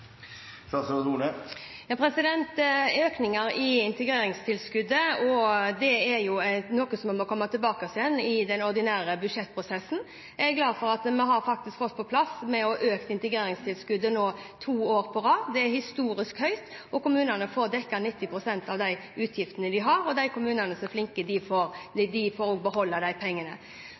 i integreringstilskuddet er noe vi må komme tilbake til i den ordinære budsjettprosessen. Jeg er glad for at vi har fått på plass å øke integreringstilskuddet nå to år på rad. Det er historisk høyt. Kommunene får dekket 90 pst. av de utgiftene de har, og de kommunene som er flinke, får også beholde disse pengene.